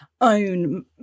own